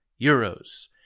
euros